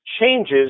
changes